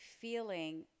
feeling